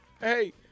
hey